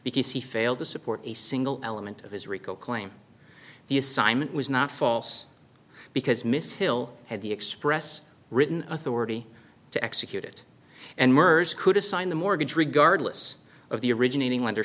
because he failed to support a single element of his rico claim the assignment was not false because miss hill had the express written authority to execute it and mers could assign the mortgage regardless of the originating lender